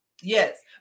yes